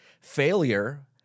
failure